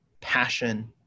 passion